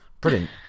Brilliant